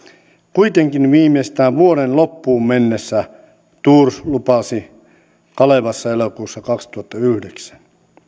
kuitenkin viimeistään vuoden loppuun mennessä thors lupasi kalevassa elokuussa kaksituhattayhdeksän